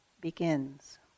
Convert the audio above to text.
begins